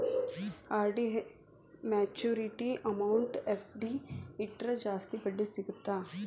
RD maturity amount FD ಇಟ್ರ ಜಾಸ್ತಿ ಬಡ್ಡಿ ಸಿಗತ್ತಾ